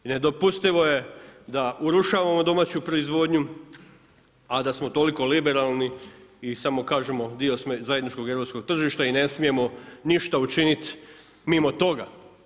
I nedopustivo je da urušavamo domaću proizvodnju, a da smo toliko liberalni i samo kažemo, dio smo zajedničkog europskog tržišta i ne smijemo ništa učiniti mimo toga.